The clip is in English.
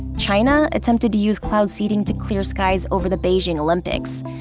china attempted to use cloud seeding to clear skies over the beijing olympics.